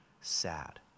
sad